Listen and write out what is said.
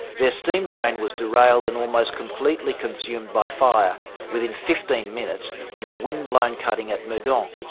their steam train was derailed and almost completely consumed by fire within fifteen minutes in a windblown cutting at meudon. um